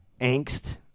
angst